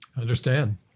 Understand